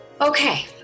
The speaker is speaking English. Okay